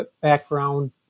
background